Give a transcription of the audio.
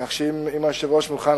כך שאם היושב-ראש מוכן,